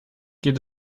geht